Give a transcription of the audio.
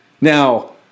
Now